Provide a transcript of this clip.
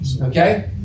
Okay